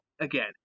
again